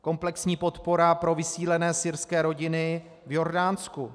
Komplexní podpora pro vysídlené syrské rodiny v Jordánsku.